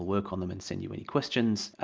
work on them and send you any questions.